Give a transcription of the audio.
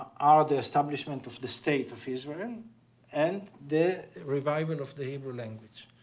are the establishment of the state of israel and the revival of the hebrew language.